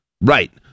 right